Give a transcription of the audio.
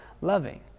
loving